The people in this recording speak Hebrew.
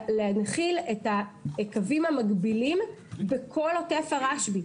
להנחיל את הקווים המגבילים בכל עוטף הרשב"י,